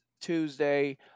tuesday